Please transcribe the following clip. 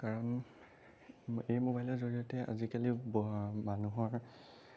কাৰণ এই ম'বাইলৰ জৰিয়তে আজিকালি মানুহৰ